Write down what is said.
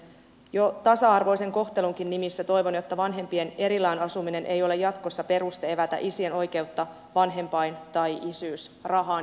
jo tasa arvoisen kohtelunkin nimissä toivon että vanhempien erillään asuminen ei ole jatkossa peruste evätä isien oikeutta vanhempain tai isyysrahaan